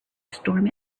storm